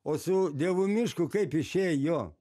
o su dievu mišku kaip išėjo